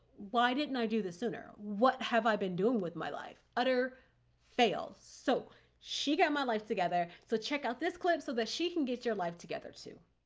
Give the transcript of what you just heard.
why didn't i do this sooner? what have i been doing with my life? utter fail. so she got my life together. so check out this clip so that she can get your life together too.